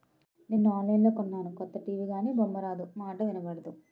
నిన్న ఆన్లైన్లో కొన్నాను కొత్త టీ.వి గానీ బొమ్మారాదు, మాటా ఇనబడదు